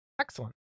Excellent